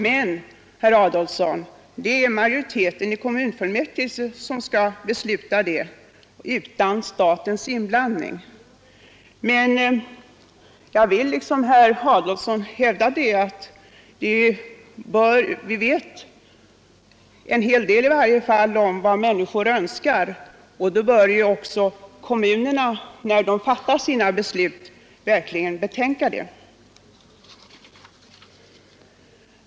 Men, herr Adolfsson, det är majoriteten i kommunfullmäktige som skall besluta det utan statens inblandning! Jag vill emellertid, liksom herr Adolfsson, hävda att vi vet en hel del om vad människor önskar, och då bör också kommunerna, när de fattar sina beslut, verkligen betänka det.